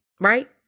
Right